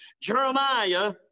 Jeremiah